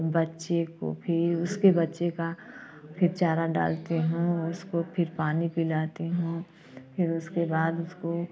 बच्चे को फिर उसके बच्चे का फिर चारा डालती हूँ उसको फिर पानी पिलाती हूँ फिर उसके बाद उसको